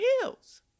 hills